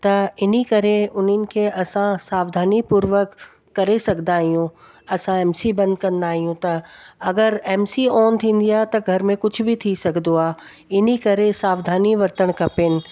त इन करे उन्हनि खे असां सावधानी पुर्वक करे सघंदा आहियूं असां एमसी बंदि कंदा आहियूं त अगरि एमसी ऑन थींदी आहे त घर में कुझु बि सघंदो आहे इन करे सावधानी वरतणु खपेनि